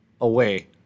away